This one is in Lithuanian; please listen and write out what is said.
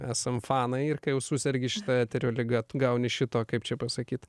esam fanai ir kai jau susergi šita eterio liga tu gauni šito kaip čia pasakyti